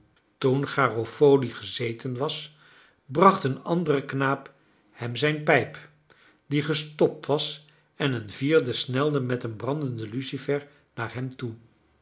toen garofoli gezeten was bracht een andere knaap hem zijn pijp die gestopt was en een vierde snelde met een brandende lucifer naar hem toe